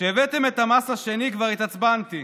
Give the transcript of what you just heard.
כשהבאתם את המס השני כבר התעצבנתי,